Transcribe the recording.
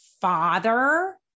father